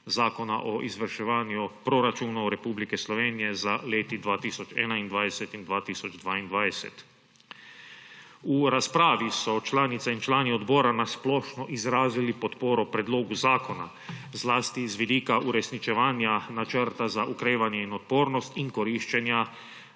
Zakona o izvrševanju proračunov Republike Slovenije za leti 2021 in 2022. V razpravi so članice in člani odbora na splošno izrazili podporo predlogu zakona, zlasti z vidika uresničevanja Načrta za okrevanje in odpornost in koriščenja